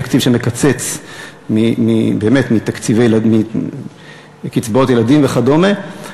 תקציב שמקצץ באמת בקצבאות ילדים וכדומה,